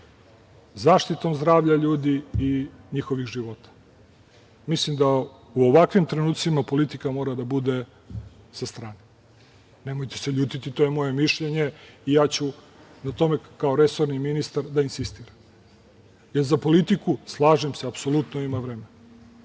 zaštitom zdravlja ljudi i njihovih života. Mislim da u ovakvim trenucima politika mora da bude sa strane. Nemojte se ljutiti. To je moje mišljenje i ja ću na tome, kao resorni ministar, da insistiram, jer za politiku, slažem se apsolutno, ima vremena.